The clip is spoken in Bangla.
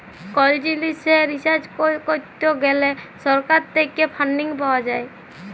কল জিলিসে রিসার্চ করত গ্যালে সরকার থেক্যে ফান্ডিং পাওয়া যায়